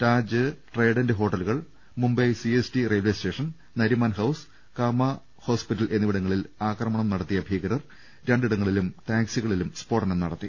Taj Trident ഹോട്ടലുകൾ Mumbai C S T railway station Nariman house Cama hospital എന്നിവിടങ്ങളിൽ അക്രമം നടത്തിയ ഭീകരർ രണ്ടിടങ്ങളിൽ ടാക്സികളിലും സ്ഫോടനം നടത്തി